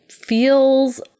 feels